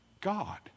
God